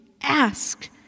ask